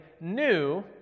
new